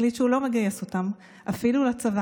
ולא נעשו מספיק מאמצים כדי לגייס אותם ולהכניסם למערכת,